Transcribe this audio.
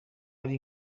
ari